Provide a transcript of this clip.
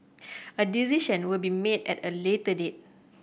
a decision will be made at a later date